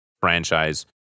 franchise